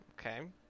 Okay